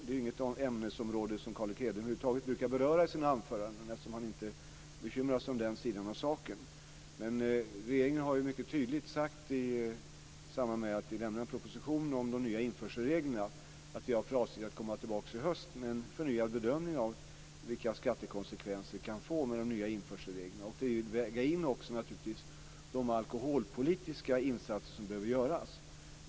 Det är inget ämnesområde som Carl Erik Hedlund över huvud taget brukar beröra i sina anföranden eftersom han inte bekymrar sig om den sidan av saken. Regeringen har mycket tydligt sagt i samband med propositionen om införselreglerna att vi har för avsikt att komma tillbaka i höst med en förnyad bedömning av vilka skattekonsekvenser det kan bli med de nya införselreglerna. Det gäller att väga in de alkoholpolitiska insatser som behöver göras.